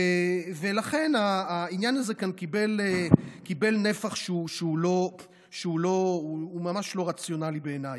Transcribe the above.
ולכן העניין הזה כאן קיבל נפח שהוא ממש לא רציונלי בעיניי.